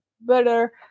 better